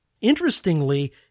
Interestingly